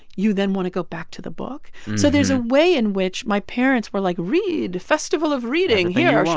you then want to go back to the book. so there's a way in which my parents were, like read festival of reading here.